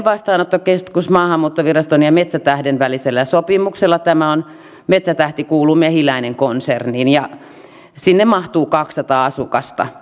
sitten kysyisin myös liittyen näihin ohjelmistojen käyttömaksuihin ollaanko valtionhallinnossa edistämässä vapaita ja avoimia ohjelmistoja